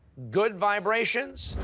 good vibrations,